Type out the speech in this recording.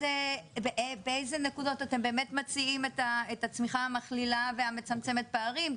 באיזה נקודות אתם מציעים את הצמיחה המכלילה והמצמצמת פערים,